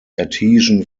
adhesion